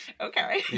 Okay